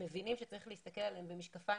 אנחנו מבינים שצריך להסתכל עליהם במשקפיים